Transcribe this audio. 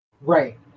right